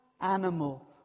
animal